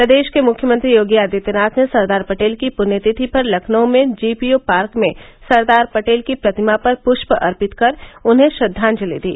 प्रदेश के मुख्यमंत्री योगी आदित्यनाथ ने सरदार पटेल की पृण्यतिथि पर लखनऊ में जी पी ओ पार्क में सरदार पटेल की प्रतिमा पर पृष्प अर्पित कर उन्हें श्रद्वांजलि दी